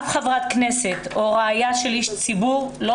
אף חברת כנסת או רעיה של איש ציבור לא